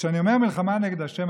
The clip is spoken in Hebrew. וכשאני אומר מלחמה נגד השם,